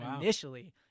initially